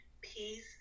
peace